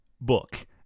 book